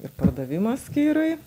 ir pardavimo skyriui